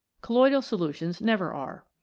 colloidal solutions never are.